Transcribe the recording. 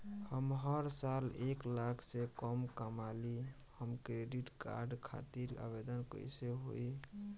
हम हर साल एक लाख से कम कमाली हम क्रेडिट कार्ड खातिर आवेदन कैसे होइ?